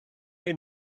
chi